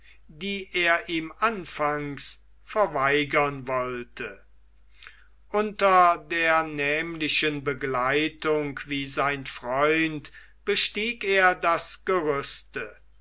die er ihm anfangs verweigern wollte unter der nämlichen begleitung wie sein freund bestieg er das gerüste